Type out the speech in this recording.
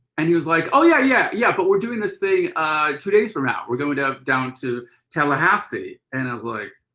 and he was like, oh, yeah, yeah, yeah, but we're doing this thing two days from now. we're going down to tallahassee. and as like,